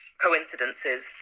coincidences